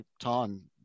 time